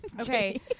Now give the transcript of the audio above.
Okay